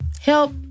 help